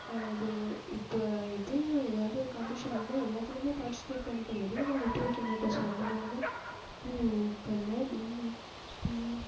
இப்போ இப்பயும் ஏதாவது ஒரு காம்பட்டிஷன் வந்தால் எல்லாத்திலேயுமே பார்ட்டிசிபேட் பண்ணிப்பேன் எதுவும் நான் விட்டு வைக்கமாட்டேன் ஸோ அந்தமாதிரிதான் பண்ணேன்